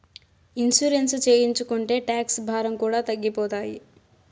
insurance చేయించుకుంటే tax భారం కూడా తగ్గిపోతాయి